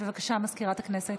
בבקשה, סגנית מזכירת הכנסת.